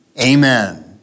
amen